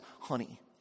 honey